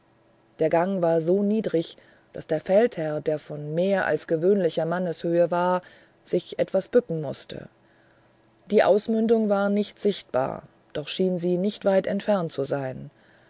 der gang war so niedrig daß der feldherr der von mehr als gewöhnlicher manneshöhe war sich etwas bücken mußte die ausmündung war nicht sichtbar doch schien sie nicht weit entfernt zu sein